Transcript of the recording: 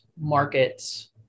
markets